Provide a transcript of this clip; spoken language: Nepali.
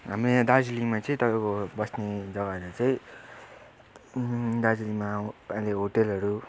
हाम्रो यहाँ दार्जिलिङमा चाहिँ तपाईँको बस्ने जग्गाहरू चाहिँ दार्जिलिङमा अहिले होटलहरू